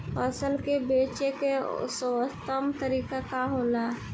फसल के बेचे के सर्वोत्तम तरीका का होला?